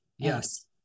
Yes